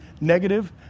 negative